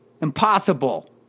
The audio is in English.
impossible